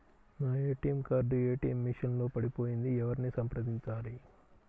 నా ATM card ATM machine లో పడిపోయింది ఎవరిని సంప్రదించాలి?